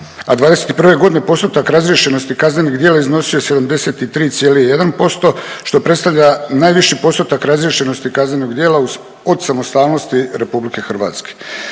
a '21. g. postotak razriješenosti kaznenih djela iznosio je 73,1%, što predstavlja najviši postotak razriješenosti kaznenog djela od samostalnosti RH.